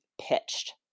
pitched